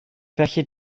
felly